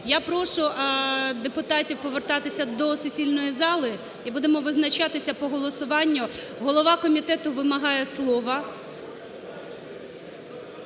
Я прошу депутатів повертатися до сесійної зали і будемо визначатися по голосуванню. Голова комітету вимагає слова.